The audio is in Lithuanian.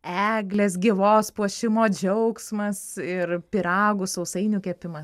eglės gyvos puošimo džiaugsmas ir pyragų sausainių kepima